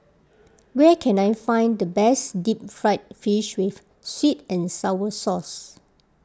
where can I find the best Deep Fried Fish with Sweet and Sour Sauce